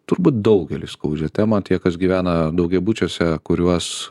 turbūt daugeliui skaudžią temą tie kas gyvena daugiabučiuose kuriuos